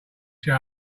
shut